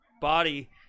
body